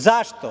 Zašto?